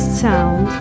sound